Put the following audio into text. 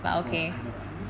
I got I mean